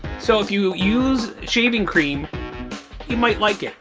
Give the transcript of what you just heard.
so if you use shaving cream you might like it.